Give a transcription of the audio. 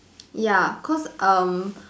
ya cause um